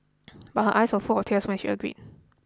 but her eyes were full of tears when she agreed